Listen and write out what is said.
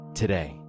today